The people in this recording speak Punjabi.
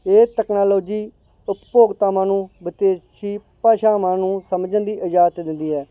ਇਹ ਟੈਕਨੋਲੋਜੀ ਉਪਭੋਗਤਾਵਾਂ ਨੂੰ ਵਿਦੇਸ਼ੀ ਭਾਸ਼ਾਵਾਂ ਨੂੰ ਸਮਝਣ ਦੀ ਇਜਾਜ਼ਤ ਦਿੰਦੀ ਹੈ